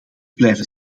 blijven